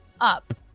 up